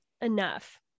enough